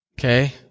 Okay